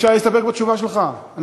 אפשר להסתפק בתשובה שלך?